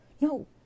no